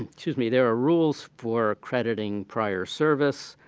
excuse me, there are rules for crediting prior service,